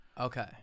Okay